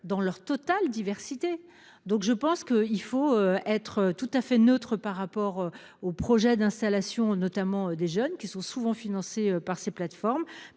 dans leur totale diversité, donc je pense que il faut être tout à fait neutre par rapport. Au projet d'installation, notamment des jeunes qui sont souvent financées par ces plateformes